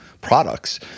products